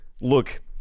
Look